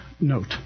note